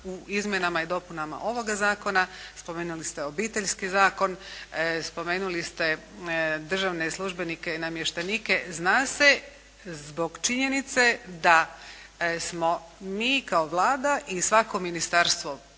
u izmjenama i dopunama ovoga Zakona spomenuli ste Obiteljski zakon, spomenuli ste državne službenike i namještenike. Zna se zbog činjenice da smo mi kao Vlada i svako ministarstvo